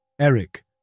Eric